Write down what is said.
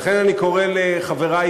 לכן אני קורא לחברי,